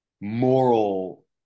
moral